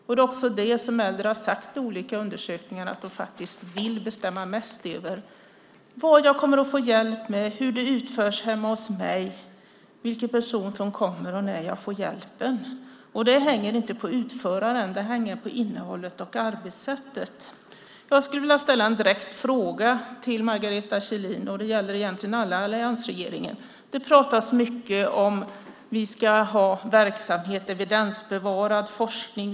Det är också det som äldre har sagt i olika undersökningar att de vill bestämma mest över: vad man ska få hjälp med, hur det utförs hemma hos en själv, vilken person som kommer och när man får hjälpen. Det hänger inte på utföraren. Det hänger på innehållet och arbetssättet. Jag skulle vilja ställa en direkt fråga till Margareta B Kjellin som egentligen också gäller alla i alliansregeringen. Det pratas mycket om att vi ska ha verksamheter och evidensbevarad forskning.